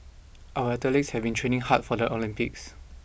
our athletes have been training hard for the Olympics